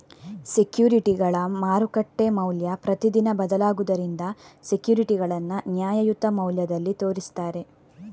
ಸೆಕ್ಯೂರಿಟಿಗಳ ಮಾರುಕಟ್ಟೆ ಮೌಲ್ಯ ಪ್ರತಿದಿನ ಬದಲಾಗುದರಿಂದ ಸೆಕ್ಯೂರಿಟಿಗಳನ್ನ ನ್ಯಾಯಯುತ ಮೌಲ್ಯದಲ್ಲಿ ತೋರಿಸ್ತಾರೆ